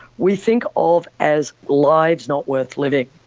we think of as lives not worth living,